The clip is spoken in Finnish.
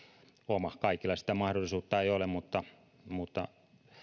omani kaikilla sitä mahdollisuutta ei ole